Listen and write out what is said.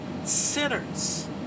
sinners